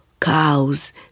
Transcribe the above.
cows